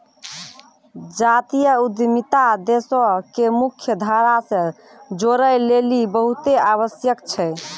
जातीय उद्यमिता देशो के मुख्य धारा से जोड़ै लेली बहुते आवश्यक छै